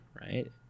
right